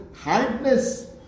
hardness